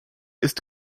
ist